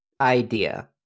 idea